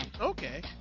Okay